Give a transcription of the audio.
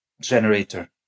generator